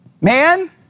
Man